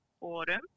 autumn